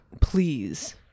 Please